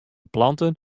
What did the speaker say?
planten